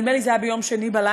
נדמה לי זה היה ביום שני בלילה,